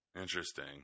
Interesting